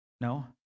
No